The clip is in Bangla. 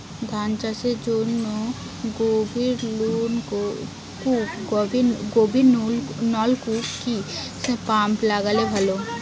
ধান চাষের জন্য গভিরনলকুপ কি পাম্প লাগালে ভালো?